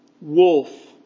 wolf